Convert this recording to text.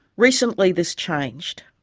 recently, this changed.